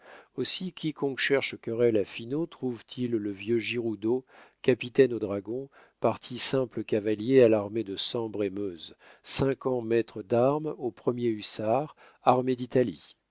aussi quiconque cherche querelle à finot trouve-t-il le vieux giroudeau capitaine aux dragons parti simple cavalier à l'armée de sambre et meuse cinq ans maître d'armes au premier hussards armée d'italie